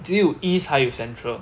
只有 east 还有 central